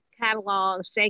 catalogs